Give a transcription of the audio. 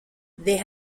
they